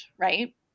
right